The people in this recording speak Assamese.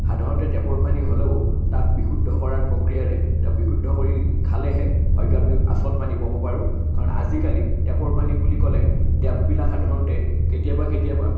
সাধাৰণতে টেপৰ পানী হ'লেও তাক বিশুদ্ধ কৰাৰ প্ৰক্ৰিয়াৰে তাক বিশুদ্ধ কৰি খালেহে হয়তো আমি আচল পানী পাব পাৰোঁ কাৰণ আজিকালি টেপৰ পানী বুলি ক'লে টেপবিলাক সাধাৰণতে কেতিয়াবা কেতিয়াবা